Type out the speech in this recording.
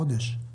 חודש.